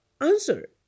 answer